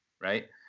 right